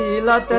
la